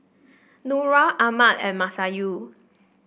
Nura Ahmad and Masayu